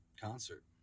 concert